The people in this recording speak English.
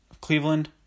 Cleveland